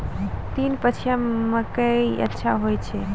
तीन पछिया मकई अच्छा होय छै?